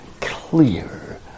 clear